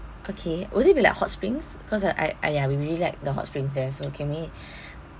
okay will there be like hot springs cause of I !aiya! we really like the hot springs there so can we